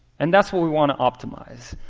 and that's what we want to optimize.